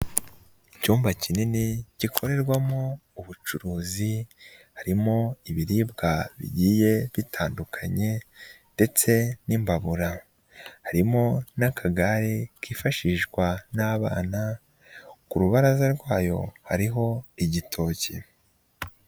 Icyumba kinini gikorerwamo ubucuruzi, harimo ibiribwa bigiye bitandukanye ndetse n'imbabura, harimo n'akagare kifashishwa n'abana, ku rubaraza rwayo hariho igitoki.